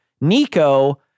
Nico